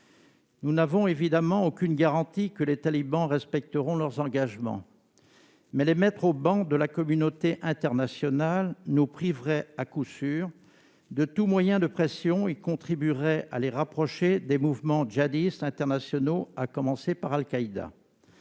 Nous n'avons évidemment aucune garantie que les talibans respecteront leurs engagements. En effet ! Toutefois, les mettre au ban de la communauté internationale nous priverait à coup sûr de tout moyen de pression et contribuerait à les rapprocher des mouvements djihadistes internationaux, à commencer par Al-Qaïda.